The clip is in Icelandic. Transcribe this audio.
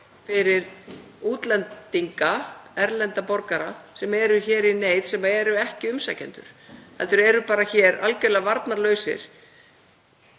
fyrir útlendinga, erlenda borgara, sem eru hér í neyð, sem eru ekki umsækjendur, heldur eru hér bara algjörlega varnarlausir.